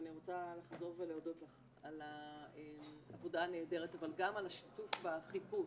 ואני רוצה לחזור ולהודות לך על העבודה הנהדרת אבל גם על השיתוף בחיפוש.